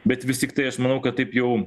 bet vis tiktai aš manau kad taip jau